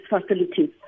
facilities